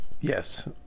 Yes